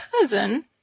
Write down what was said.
cousin